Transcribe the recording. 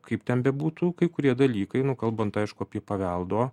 kaip ten bebūtų kai kurie dalykai nu kalbant aišku apie paveldo